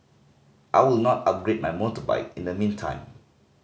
I will not upgrade my motorbike in the meantime